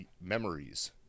memories